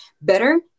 better